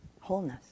wholeness